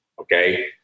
Okay